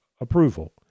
approval